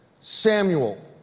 Samuel